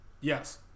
Yes